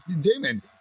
Damon